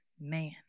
man